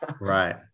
Right